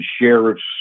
sheriffs